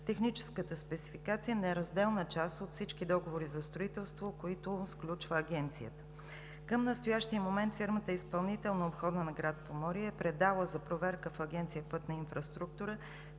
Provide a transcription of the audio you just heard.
Техническата спецификация е неразделна част от всички договори за строителство, които сключва Агенцията. Към настоящия момент фирмата изпълнител на обхода на град Поморие е предала за проверка в Агенция „Пътна инфраструктура“